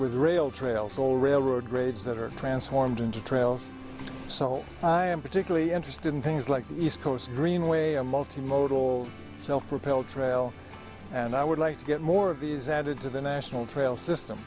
with rail trail soul railroad grades that are transformed into trails so i am particularly interested in things like the east coast greenway a multimodal self propelled trail and i would like to get more of these added to the national trail system